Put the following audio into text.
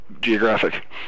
Geographic